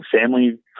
family